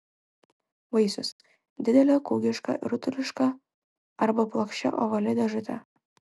vaisius didelė kūgiška rutuliška arba plokščia ovali dėžutė